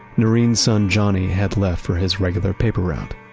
noreen's son johnny had left for his regular paper route.